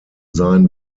sein